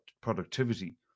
productivity